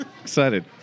excited